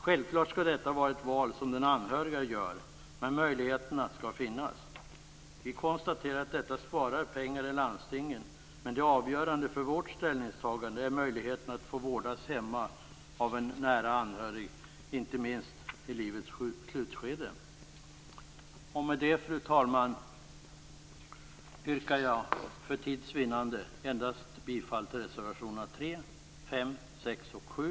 Självfallet skall detta vara ett val som den anhörige gör, men möjligheterna skall finnas. Vi konstaterar att detta sparar pengar i landstingen, men det avgörande för vårt ställningstagande är möjligheten att få vårdas hemma av en nära anhörig, inte minst i livets slutskede. Fru talman! Med detta yrkar jag för tids vinnande endast bifall till reservationerna 3, 5, 6 och 7.